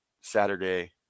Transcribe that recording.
Saturday